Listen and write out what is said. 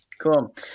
cool